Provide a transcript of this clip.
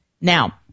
Now